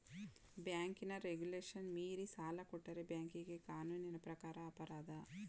ಬ್ಯಾಂಕಿನ ರೆಗುಲೇಶನ್ ಮೀರಿ ಸಾಲ ಕೊಟ್ಟರೆ ಬ್ಯಾಂಕಿಂಗ್ ಕಾನೂನಿನ ಪ್ರಕಾರ ಅಪರಾಧ